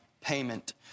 payment